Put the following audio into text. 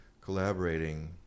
collaborating